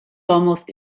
almost